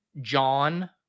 John